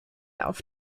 auf